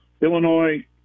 Illinois